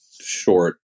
short